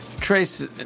Trace